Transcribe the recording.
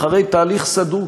אחרי תהליך סדור,